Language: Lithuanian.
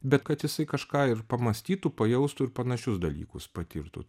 bet kad jisai kažką ir pamąstytų pajaustų ir panašius dalykus patirtų